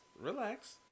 Relax